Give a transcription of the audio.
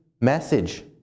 message